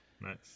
Nice